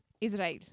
Israel